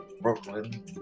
Brooklyn